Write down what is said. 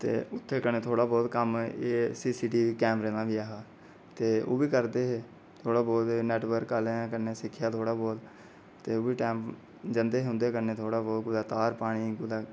ते थोह्ड़ा बहुत कम्म सी सी टी वी कैमरे दा बी ऐ हा ते ओह् बी करदे हे नैटवर्क आह्ले कन्नै सिखया थोह्ड़ा बहुत ते जंदे हे उंदै कन्नै कदें तार पाने गी